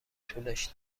طولش